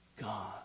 god